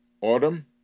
autumn